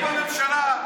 שתהיו בממשלה.